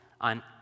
On